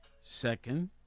Second